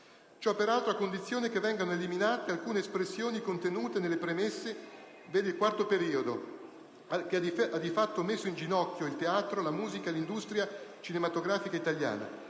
ciò, peraltro, a condizione che vengano eliminate le seguenti espressioni contenute nel quarto periodo delle premesse: «ha di fatto messo in ginocchio il teatro, la musica e l'industria cinematografica italiana.